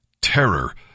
terror